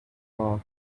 path